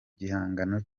gihangano